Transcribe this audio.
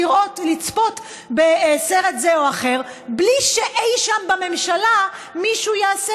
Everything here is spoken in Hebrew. לראות ולצפות בסרט זה או אחר בלי שאי שם בממשלה מישהו יעשה